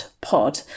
Pod